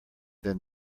then